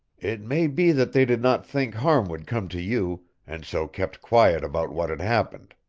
it may be that they did not think harm would come to you, and so kept quiet about what had happened.